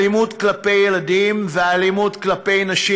אלימות כלפי ילדים ואלימות כלפי נשים,